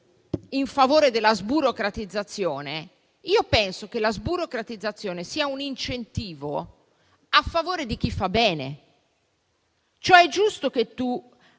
in favore della sburocratizzazione, penso che la sburocratizzazione sia un incentivo a favore di chi fa bene. È giusto allentare